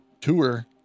tour